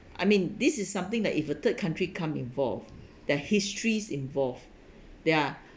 I mean this is something that if a third country come involve that histories involved there are